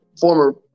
former